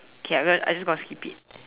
okay I'm gon~ I'm just going to skip it